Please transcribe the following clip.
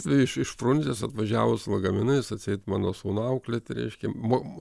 iš iš prunzės atvažiavo su lagaminais atseit mano sūnų auklėti reiškia buvo